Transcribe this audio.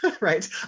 Right